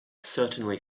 certainly